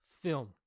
film